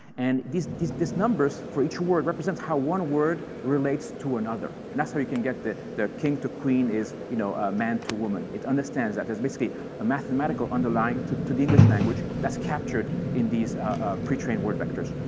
and these numbers for each word represent how one word relates to another, and that's how you can get the the king to queen is you know a man to woman. it understands that. there's basically a mathematical underlying to to the english language that's captured in these pre-trained word vectors.